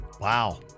wow